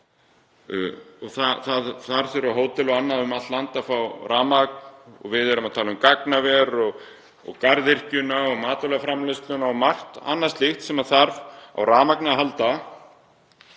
um. Þar þurfa hótel og annað um allt land að fá rafmagn. Við erum að tala um gagnaver og garðyrkju og matvælaframleiðslu og annað slíkt sem þarf á rafmagni að halda,